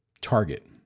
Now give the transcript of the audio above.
target